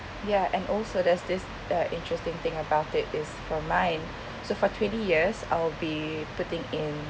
ya and also there's this uh interesting thing about it is for mine so for twenty years I'll be putting in